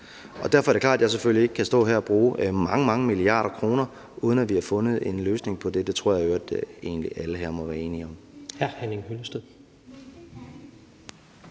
Og derfor er det klart, at jeg selvfølgelig ikke kan stå her og bruge mange, mange milliarder kroner, uden at vi har fundet en løsning på det, og det tror jeg egentlig alle her må være enige om. Kl. 12:27 Tredje